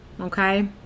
okay